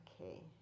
okay